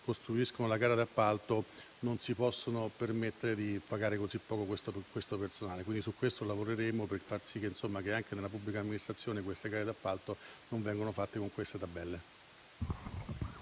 costruiscono la gara d'appalto non si possano permettere di pagare così poco questo personale. Lavoreremo allora per far sì che anche nella pubblica amministrazione le gare d'appalto non vengano fatte con queste tabelle.